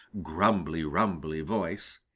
grumbly-rumbly voice.